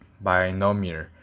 Binomial